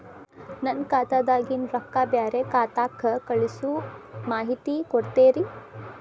ನನ್ನ ಖಾತಾದಾಗಿನ ರೊಕ್ಕ ಬ್ಯಾರೆ ಖಾತಾಕ್ಕ ಕಳಿಸು ಮಾಹಿತಿ ಕೊಡತೇರಿ?